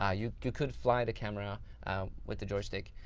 ah you you could fly the camera with the joystick.